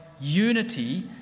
unity